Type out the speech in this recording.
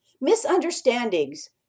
misunderstandings